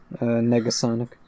Negasonic